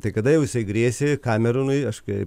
tai kada jau jisai grėsė kameronui aš kai